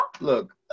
Look